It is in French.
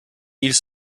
ils